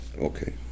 Okay